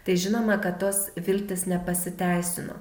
tai žinoma kad tos viltys nepasiteisino